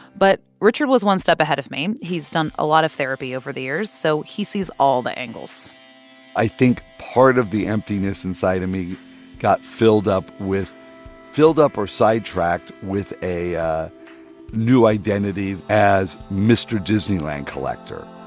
but richard was one step ahead of me. he's done a lot of therapy over the years, so he sees all the angles i think part of the emptiness inside of me got filled up with filled up or sidetracked with a a new identity as mr. disneyland collector